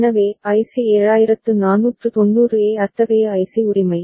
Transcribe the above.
எனவே IC 7490 A அத்தகைய IC உரிமை